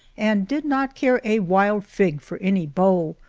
and did not care a wild fig for any beaux.